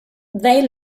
they